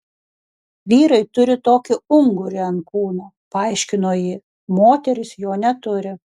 vyrai turi tokį ungurį ant kūno paaiškino ji moterys jo neturi